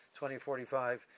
2045